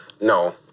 no